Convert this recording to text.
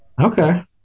Okay